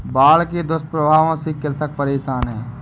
बाढ़ के दुष्प्रभावों से कृषक परेशान है